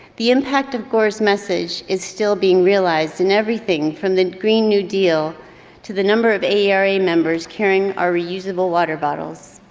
the impact of gore's message is still being realized in everything from the green new deal to the number of aera members carrying our reusable water bottles.